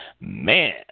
man